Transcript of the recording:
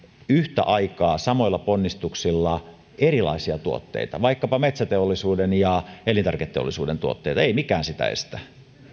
yhtä aikaa samoilla ponnistuksilla erilaisia tuotteita vaikkapa metsäteollisuuden ja elintarviketeollisuuden tuotteita ei mikään sitä estä